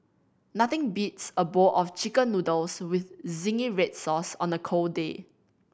nothing beats a bowl of Chicken Noodles with zingy red sauce on a cold day